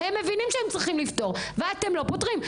הם מבינים שהם צריכים לפתור ואתם לא פותרים.